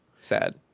sad